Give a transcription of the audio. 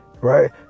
right